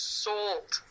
sold